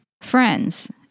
friends